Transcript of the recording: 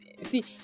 See